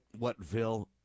Whatville